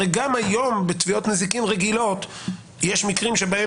הרי גם היום בתביעות נזיקין רגילות יש מקרים שבהם